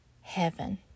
heaven